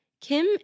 Kim